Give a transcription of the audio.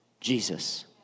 Jesus